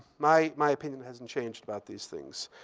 my my opinion hasn't changed about these things.